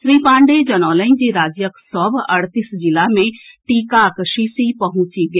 श्री पांडेय जनौलनि जे राज्यक सभ अड़तीस जिला मे टीकाक शीशी पहुंचि गेल